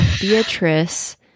Beatrice